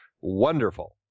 wonderful